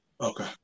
Okay